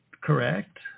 correct